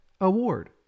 award